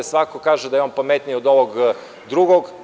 Svako kaže da je ovaj pametniji od ovog drugog.